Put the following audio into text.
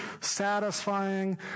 satisfying